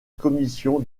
commission